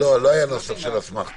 לא, לא היה נוסח של אסמכתה.